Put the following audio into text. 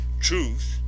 truth